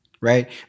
Right